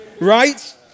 right